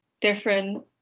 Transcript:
different